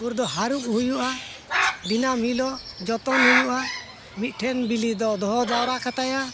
ᱩᱱ ᱫᱚ ᱦᱟᱹᱨᱩᱵ ᱦᱩᱭᱩᱜᱼᱟ ᱫᱤᱱᱟᱹᱢ ᱦᱤᱞᱳᱜ ᱡᱚᱛᱚᱱ ᱦᱩᱭᱩᱜᱼᱟ ᱢᱤᱫ ᱴᱷᱮᱱ ᱵᱤᱞᱤ ᱫᱚ ᱫᱚᱦᱚ ᱡᱟᱣᱨᱟ ᱠᱟᱛᱟᱭᱟ